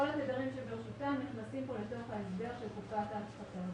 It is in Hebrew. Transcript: כל התדרים שברשותם נכנסים כאן לתוך ההסדר של תקופת ההפחתה.